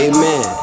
Amen